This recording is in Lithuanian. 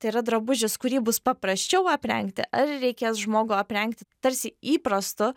tai yra drabužis kurį bus paprasčiau aprengti ar reikės žmogų aprengti tarsi įprastu